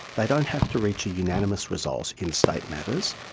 they don't have to reach a unanimous result in state matters,